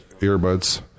earbuds